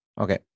Okay